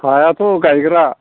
हायाथ' गायग्रा